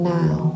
now